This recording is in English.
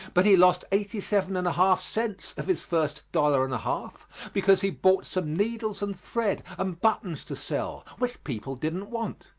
but he lost eighty-seven and a half cents of his first dollar and a half because he bought some needles and thread and buttons to sell, which people didn't want.